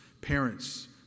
parents